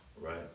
right